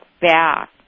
back